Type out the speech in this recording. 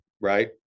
right